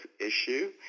issue